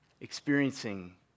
experiencing